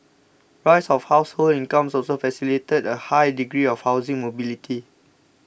rise of household incomes also facilitated a high degree of housing mobility